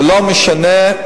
ולא משנה,